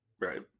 Right